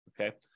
okay